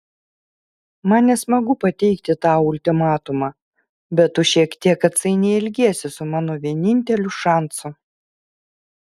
man nesmagu pateikti tau ultimatumą bet tu šiek tiek atsainiai elgiesi su mano vieninteliu šansu